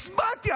הצבעתי,